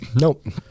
nope